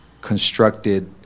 constructed